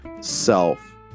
self